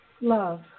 love